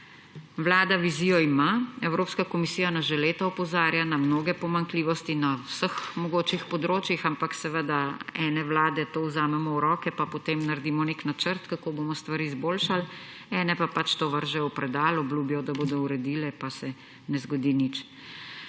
vlada vizijo ima, Evropska komisija nas že leta opozarja na mnoge pomanjkljivosti na vseh mogočih področjih. Ampak ene vlade to vzamemo v roke pa potem naredimo nek načrt, kako bomo stvari izboljšali; ene pa pač to vržejo v predal, obljubijo, da bodo uredile, pa se ne zgodi nič.